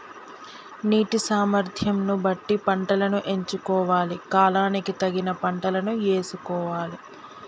నీటి సామర్థ్యం ను బట్టి పంటలను ఎంచుకోవాలి, కాలానికి తగిన పంటలను యేసుకోవాలె